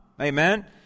Amen